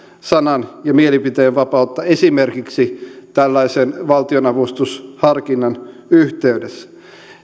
sanan ja mielipiteenvapautta esimerkiksi tällaisen valtion avustusharkinnan yhteydessä